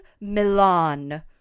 Milan